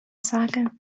saga